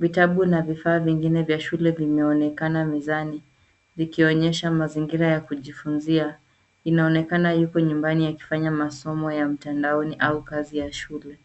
Vitabu na vifaa vingine vya shule vimeonekana mezani vikionyesha mazingira ya kujifunzia. Inaonekana yuko nyumbani akifanya masomo ya mtandaoni au kazi ya shule.